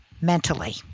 mentally